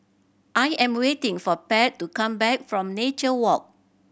I am waiting for Pat to come back from Nature Walk